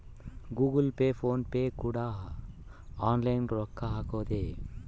Google Pay PhonePe ಕೂಡ online ರೊಕ್ಕ ಹಕೊದೆ